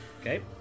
Okay